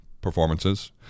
performances